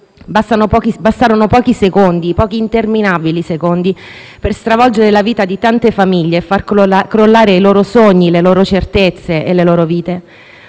Bastarono pochi secondi, pochi interminabili secondi per stravolgere la vita di tante famiglie e far crollare i loro sogni, le loro certezze e le loro vite.